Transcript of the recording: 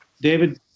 David